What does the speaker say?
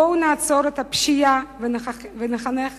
בואו נעצור את הפשיעה ונחנך